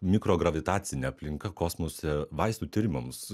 mikrogravitacinė aplinka kosmose vaistų tyrimams